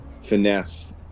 finesse